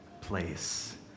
place